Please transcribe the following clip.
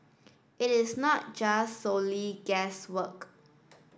it is not just solely guesswork